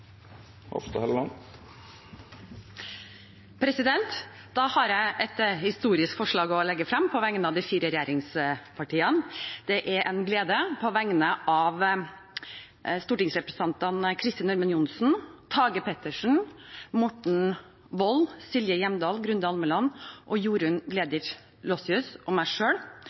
Da har jeg et historisk forslag å legge frem på vegne av de fire regjeringspartiene. Det er en glede på vegne av stortingsrepresentantene Kristin Ørmen Johnsen, Tage Pettersen, Morten Wold, Silje Hjemdal, Grunde Almeland, Jorunn Gleditsch Lossius og meg